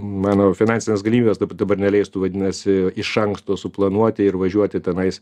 manau finansinės galimybės dabar neleistų vadinasi iš anksto suplanuoti ir važiuoti tenais